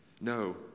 No